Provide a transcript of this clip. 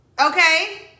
okay